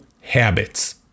habits